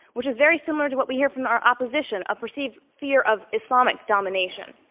which is very similar to what we hear from our opposition, a perceived fear of islamic domination.